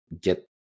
get